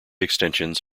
extensions